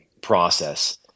process